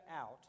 out